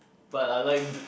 but I like the